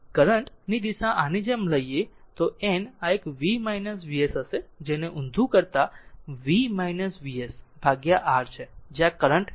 current ની દિશા આની જેમ લઈએ તો n આ એક v V s હશે જેને ઊંધું કરતા V V s ભાગ્યા r છે જે આ કરંટ છે